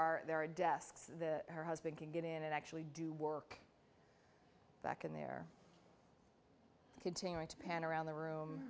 are there are desks the her husband can get in and actually do work back and they're continuing to pan around the room